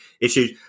issues